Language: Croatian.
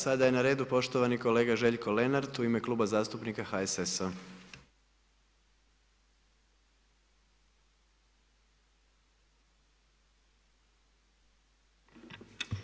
Sada je na redu poštovani kolega Željko Lenart, u ime Kluba zastupnika HSS-a.